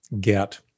get